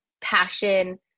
passion